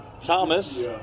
Thomas